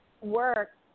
work